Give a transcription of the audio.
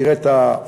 נראה את העתיד,